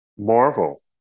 Marvel